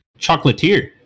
Chocolatier